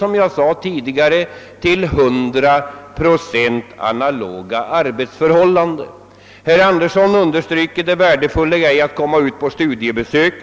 Som jag tidigare framhöll har de fullkomligt analoga arbetsförhållanden. Herr Anderson framhöll det värdefulla i att göra studiebesök.